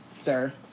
sir